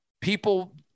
people